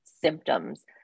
symptoms